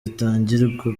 zitangirwa